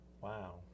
Wow